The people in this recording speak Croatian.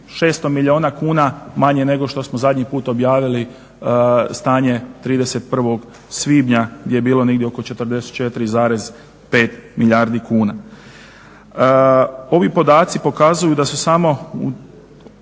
600 milijuna kuna manje nego što smo zadnji put objavili stanje 31. svibnja gdje je bilo negdje oko 44,5 milijardi kuna. Ovi podaci pokazuju da su samo